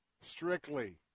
Strictly